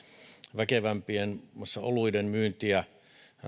väkevämpien muun muassa oluiden myyntiä